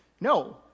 No